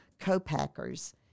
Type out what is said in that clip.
co-packers